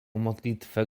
modlitwę